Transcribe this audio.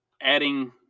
adding